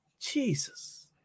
Jesus